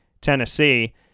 Tennessee